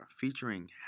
featuring